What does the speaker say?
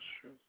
true